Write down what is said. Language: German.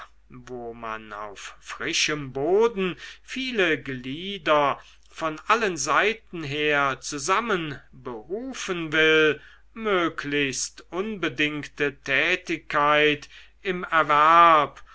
wo man auf frischem boden viele glieder von allen seiten her zusammenberufen will möglichst unbedingte tätigkeit im erwerb